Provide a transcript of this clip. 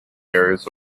areas